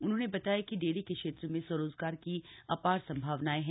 उन्होंने बताया कि डेरी के क्षेत्र में स्वरोजगार की अपार संभावनाएं हैं